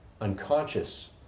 unconscious